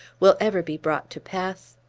will ever be brought to pass?